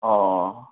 অঁ